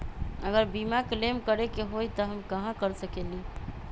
अगर बीमा क्लेम करे के होई त हम कहा कर सकेली?